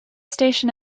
station